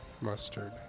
mustard